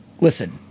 Listen